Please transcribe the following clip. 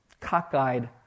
cockeyed